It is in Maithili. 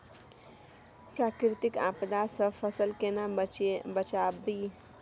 प्राकृतिक आपदा सं फसल केना बचावी?